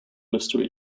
mystery